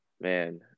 man